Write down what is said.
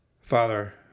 Father